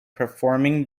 performing